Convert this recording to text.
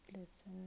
listen